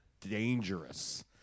dangerous